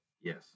Yes